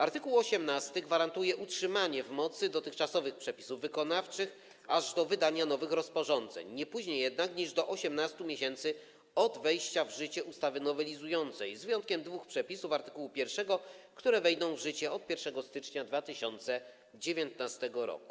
Art. 18 gwarantuje utrzymanie w mocy dotychczasowych przepisów wykonawczych aż do wydania nowych rozporządzeń, nie później jednak niż do 18 miesięcy od wejścia w życie ustawy nowelizującej, z wyjątkiem dwóch przepisów art. 1, które wejdą w życie od 1 stycznia 2019 r.